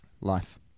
life